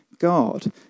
god